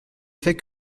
fait